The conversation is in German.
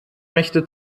möchte